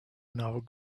enough